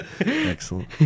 Excellent